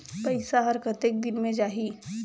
पइसा हर कतेक दिन मे जाही?